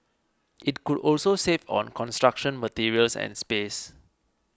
it could also save on construction materials and space